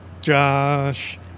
Josh